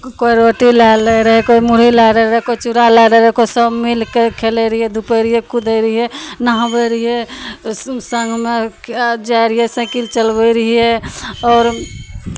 कोइ रोटी लए लै रहै कोइ मुरही लए लै रहै कोइ चूरा लए लै रहै कोइ सभ मिलि कऽ खेलै रहियै धूपै रहियै कूदै रहियै नहाबै रहियै सङ्गमे जाइ रहियै साइकिल चलबै रहियै आओर